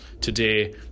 today